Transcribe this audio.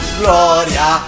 gloria